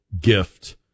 gift